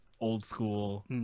old-school